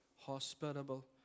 hospitable